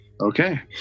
Okay